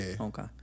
Okay